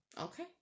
Okay